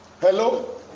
Hello